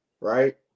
Right